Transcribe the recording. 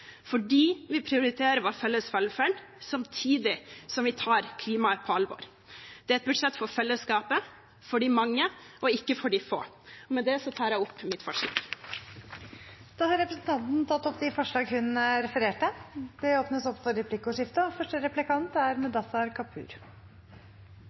fordi vi har et omfordelende skattesystem, fordi vi prioriterer vår felles velferd, samtidig som vi tar klimaet på alvor. Det er et budsjett for fellesskapet, for de mange, og ikke for de få. Med det tar jeg opp SVs forslag. Representanten Kari Elisabeth Kaski har tatt opp de forslagene hun refererte til. SV har fortjenstfullt hatt fokus på arbeidsplasser både i sin tale og